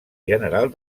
general